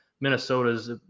Minnesota's